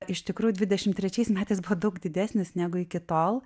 iš tikrųjų dvidešim trečiais metais buvo daug didesnis negu iki tol